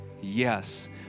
yes